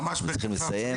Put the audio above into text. אנחנו צריכים לסיים.